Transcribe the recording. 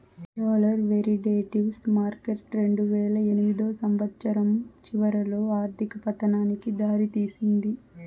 dollar derivatives market రెండువేల ఎనిమిదో సంవచ్చరం చివరిలో ఆర్థిక పతనానికి దారి తీసింది